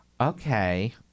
Okay